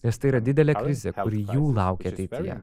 nes tai yra didelė krizė kuri jų laukia ateityje